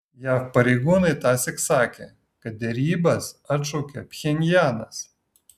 jav pareigūnai tąsyk sakė kad derybas atšaukė pchenjanas